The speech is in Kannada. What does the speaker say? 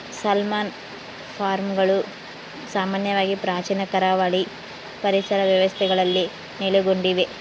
ಸಾಲ್ಮನ್ ಫಾರ್ಮ್ಗಳು ಸಾಮಾನ್ಯವಾಗಿ ಪ್ರಾಚೀನ ಕರಾವಳಿ ಪರಿಸರ ವ್ಯವಸ್ಥೆಗಳಲ್ಲಿ ನೆಲೆಗೊಂಡಿವೆ